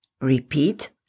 Repeat